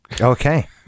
Okay